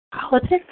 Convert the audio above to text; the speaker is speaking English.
Politics